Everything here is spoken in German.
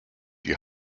die